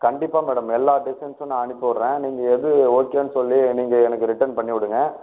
கண்டிப்பாக மேடம் எல்லா டிசைன்ஸும் நான் வந்து அனுப்பி விடுறேன் நீங்கள் எது ஓகேன்னு சொல்லி நீங்கள் எனக்கு ரிட்டன் பண்ணி விடுங்கள்